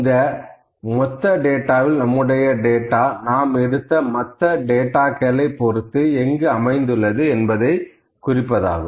இந்த மொத்த டேட்டாவில் நம்முடைய டேட்டா நாம் எடுத்த மற்ற டேட்டாக்களை பொறுத்து எங்கு அமைந்துள்ளது என்பதை குறிப்பதாகும்